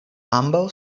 ambaŭ